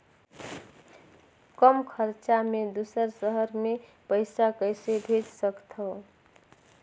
कम खरचा मे दुसर शहर मे पईसा कइसे भेज सकथव?